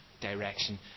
direction